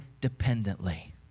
dependently